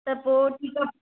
त पोइ ठीकु आहे